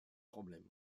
problèmes